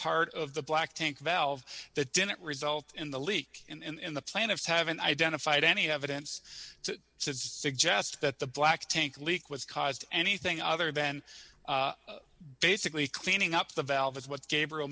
part of the black tank valve that didn't result in the leak in the plan of haven't identified any evidence to suggest that the black tank leak was caused anything other than basically cleaning up the valve is what gabriel